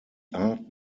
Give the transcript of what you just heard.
art